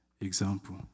example